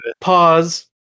pause